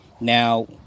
Now